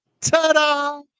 Ta-da